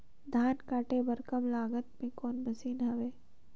धान काटे बर कम लागत मे कौन मशीन हवय?